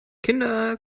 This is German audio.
kinder